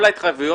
כל ההתחייבויות,